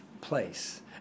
place